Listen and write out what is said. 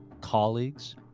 colleagues